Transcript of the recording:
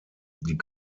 die